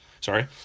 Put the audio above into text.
Sorry